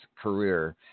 career